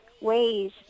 ways